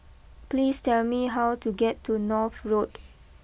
please tell me how to get to North Road